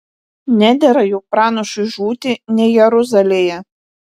nedera juk pranašui žūti ne jeruzalėje